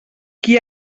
qui